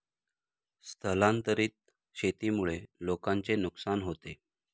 स्थलांतरित शेतीमुळे लोकांचे नुकसान होते